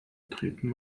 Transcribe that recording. treten